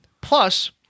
Plus